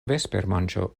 vespermanĝo